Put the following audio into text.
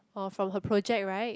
oh from her project right